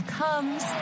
comes